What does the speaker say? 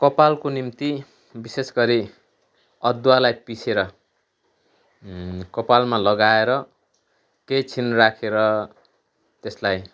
कपालको निम्ति विशेष गरी अदुवालाई पिसेर कपालमा लगाएर केही छन राखेर त्यसलाई